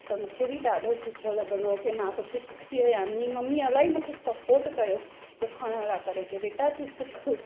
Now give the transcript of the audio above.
त मूंखे बि ॾाढो सुठो लगंदो हुओ कि मां कुझु सिखी आहियां मुंहिंजी मम्मी इलाही मूंखे सपोट कयो सिखण लाइ करे कि बेटा तूं सिख